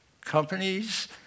companies